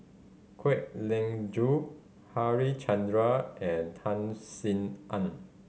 Kwek Leng Joo Harichandra and Tan Sin En